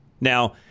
now